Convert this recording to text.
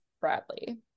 bradley